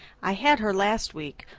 i had her last week,